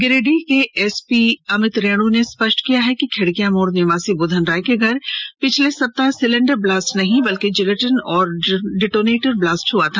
Giridih SP Amit Renu ने स्पष्ट कहा है कि खिड़कियां मोड़ निवासी बुधन राय के घर बीते सप्ताह सिलेंडर ब्लास्ट नहीं बल्कि जिलेटिन व डिटोनेटर विस्फोट हुआ था